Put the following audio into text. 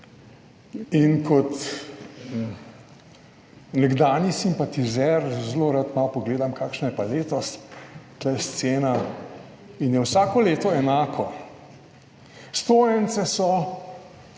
In kot nekdanji simpatizer zelo rad malo pogledam, kakšna je pa letos ta scena in je vsako leto enako. Stojnice so,